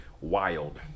Wild